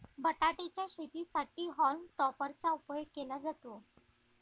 बटाटे च्या शेतीसाठी हॉल्म टॉपर चा उपयोग केला जातो